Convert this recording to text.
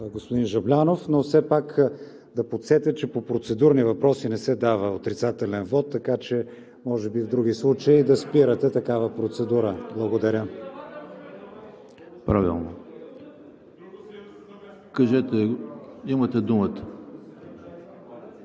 господин Жаблянов, но все пак да подсетя, че по процедурни въпроси не се дава отрицателен вот. Може би в други случаи да спирате такава процедура. Благодаря. (Реплики от